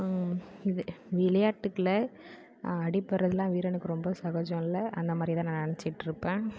இது விளையாட்டுகளில் அடிபடுறதுலாம் வீரனுக்கு ரொம்ப சகஜம் இல்லை அந்த மாதிரி தான் நான் நினைச்சிட்டு இருப்பேன்